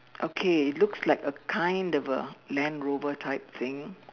okay looks like a kind of a land rover type thing